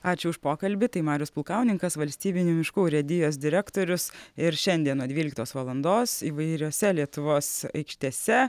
ačiū už pokalbį tai marius pulkauninkas valstybinių miškų urėdijos direktorius ir šiandien nuo dvyliktos valandos įvairiose lietuvos aikštėse